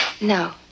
No